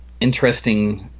interesting